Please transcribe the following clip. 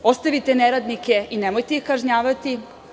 Ostavite neradnike i nemojte ih kažnjavati.